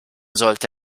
sollte